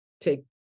take